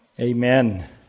Amen